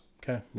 Okay